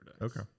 Okay